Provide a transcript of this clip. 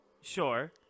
Sure